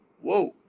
whoa